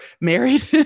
married